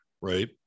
right